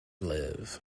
live